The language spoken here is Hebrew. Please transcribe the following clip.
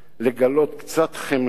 לגלות קצת חמלה,